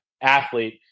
athlete